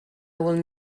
would